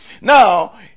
now